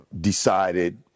decided